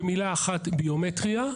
במילה אחת, הוא ביומטריה,